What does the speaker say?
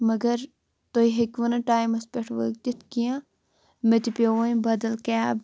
مَگر تُہۍ ہیٚکوٕ نہٕ ٹایمَس پٮ۪ٹھ وٲتِتھ کینٛہہ مےٚ تہِ پیوٚو وۄنۍ بَدل کیب